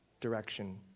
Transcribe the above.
direction